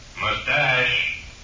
mustache